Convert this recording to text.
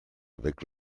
avec